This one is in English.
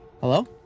Hello